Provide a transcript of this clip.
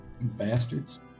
bastards